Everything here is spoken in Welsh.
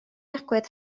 agwedd